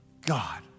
God